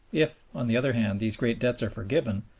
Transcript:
if, on the other hand, these great debts are forgiven,